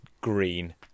green